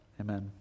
Amen